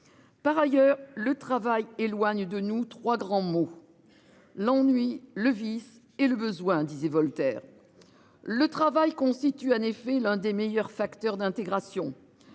Par ailleurs le travail éloigne de nous 3 grands mots. L'ennui, le vice et le besoin disait Voltaire. Le travail constitue en effet l'un des meilleurs facteur d'intégration.